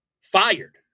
Fired